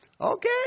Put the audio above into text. okay